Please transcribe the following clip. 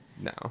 No